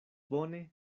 bone